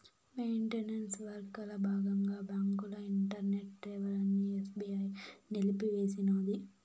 maintenance వర్కల బాగంగా బాంకుల ఇంటర్నెట్ సేవలని ఎస్బీఐ నిలిపేసినాది